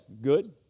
good